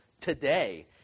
today